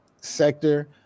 sector